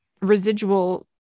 residual